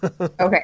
Okay